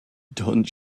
don’t